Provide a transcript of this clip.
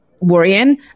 worrying